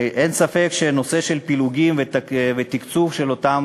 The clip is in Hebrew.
אין ספק שנושא הפילוגים והתקצוב של אותן